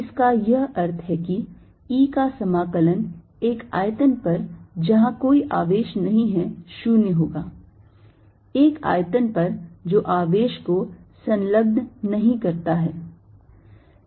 इसका यह अर्थ है कि E का समाकलन एक आयतन पर जहां कोई आवेश नहीं है 0 होगा एक आयतन पर जो आवेश को संलग्न नहीं करता है